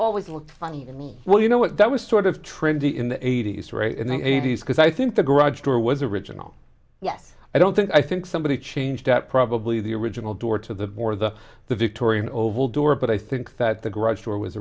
always look funny to me well you know what that was sort of trendy in the eighty's right in the eighty's because i think the garage door was original yes i don't think i think somebody changed at probably the original door to the board to the victorian oval door but i think that the garage door was